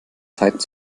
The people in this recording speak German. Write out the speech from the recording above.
zeit